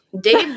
Dave